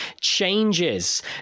changes